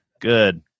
good